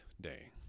day